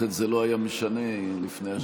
לכן זה לא היה משנה לפני השבעת הממשלה.